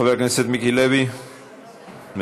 חבר הכנסת מיקי לוי, מוותר,